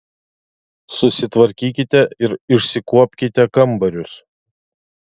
susitvarkykite ir išsikuopkite kambarius